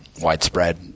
widespread